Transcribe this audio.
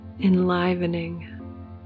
enlivening